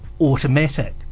automatic